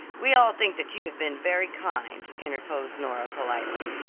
we all think that you have been very kind, interposed nora, politely.